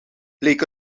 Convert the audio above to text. leek